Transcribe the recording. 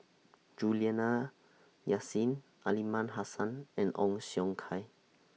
Juliana Yasin Aliman Hassan and Ong Siong Kai